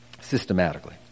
systematically